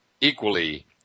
equally